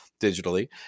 digitally